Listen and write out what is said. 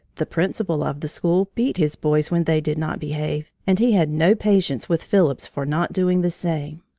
the principal of the school beat his boys when they did not behave, and he had no patience with phillips for not doing the same.